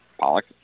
Pollock